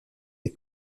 des